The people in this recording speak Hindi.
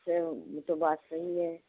वैसे उ तो बात सही है